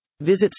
Visit